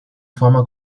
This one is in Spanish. fama